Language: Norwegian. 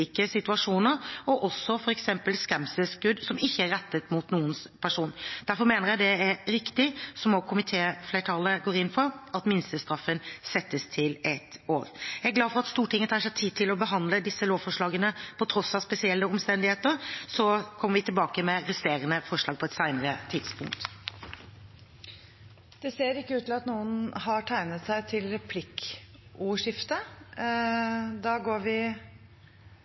situasjoner, også f.eks. skremselsskudd som ikke er rettet mot noens person. Derfor mener jeg det er riktig, som også komitéflertallet går inn for, at minstestraffen settes til ett år. Jeg er glad for at Stortinget tar seg tid til å behandle disse lovforslagene på tross av spesielle omstendigheter, og så kommer vi tilbake med de resterende forslagene på et